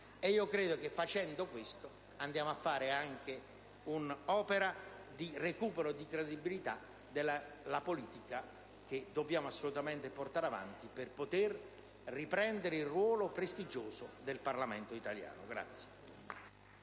Credo che facendo questo, andiamo a fare anche un'opera di recupero di credibilità della politica, che dobbiamo assolutamente portare avanti per poter riprendere il ruolo prestigioso del Parlamento italiano.